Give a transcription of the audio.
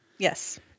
Yes